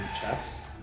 checks